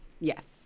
Yes